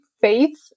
faith